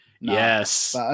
yes